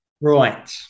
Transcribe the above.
Right